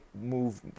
move